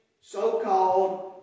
so-called